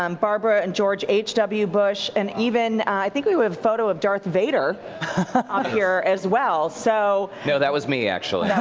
um barbara and george h w. bush, and even i think we we have a photo of darth vader on here as well. so that was me, actually.